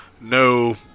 No